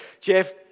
Jeff